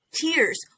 tears